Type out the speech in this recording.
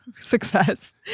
success